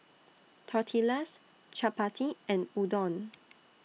Tortillas Chapati and Udon